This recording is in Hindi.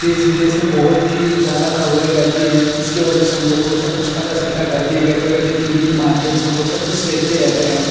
देश विदेश में बहुत ही ज़्यादा ख़बरें रहती हैं इसी वजह से हमलोग को सबकुछ पता चलता है घर पर ही बैठे बैठे टी वी के माध्यम से हमलोग सबकुछ देखते रहते हैं